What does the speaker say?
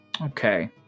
Okay